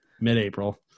mid-april